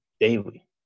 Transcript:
daily